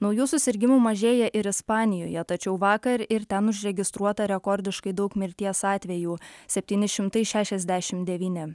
naujų susirgimų mažėja ir ispanijoje tačiau vakar ir ten užregistruota rekordiškai daug mirties atvejų septyni šimtai šešiasdešimt devyni